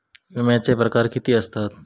विमाचे प्रकार किती असतत?